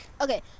okay